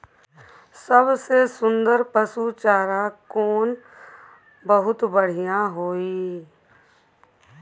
सबसे सुन्दर पसु चारा कोन बहुत बढियां होय इ?